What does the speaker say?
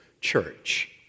church